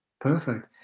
Perfect